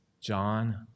John